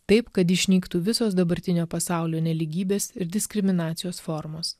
taip kad išnyktų visos dabartinio pasaulio nelygybės ir diskriminacijos formos